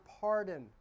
pardon